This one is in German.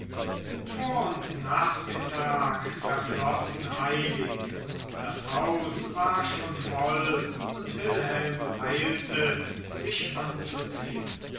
vor und nachmittag verflossen eilig das haus war schon voll und wilhelm eilte sich anzuziehen